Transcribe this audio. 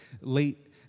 late